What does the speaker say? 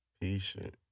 patient